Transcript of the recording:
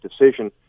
decision